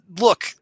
look